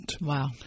Wow